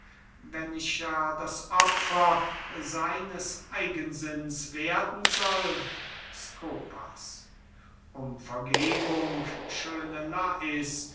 wenn ich ja das opfer seines eigensinns werden soll skopas um vergebung schöne lais